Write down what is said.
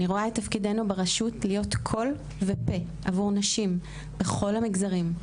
אני רואה את תפקידנו ברשות להיות קול ופה עבור נשים בכל המגזרים,